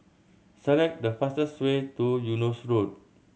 select the fastest way to Eunos Road